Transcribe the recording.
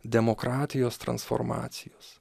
demokratijos transformacijos